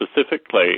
specifically